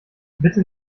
bitte